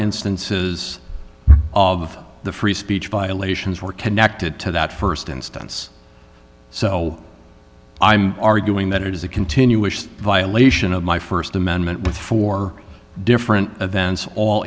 instances of the free speech violations were connected to that st instance so i'm arguing that it is a continuing violation of my st amendment with four different events all